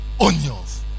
onions